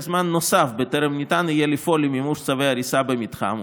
זמן נוסף בטרם ניתן יהיה לפעול למימוש צווי הריסה במתחם,